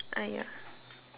!aiya!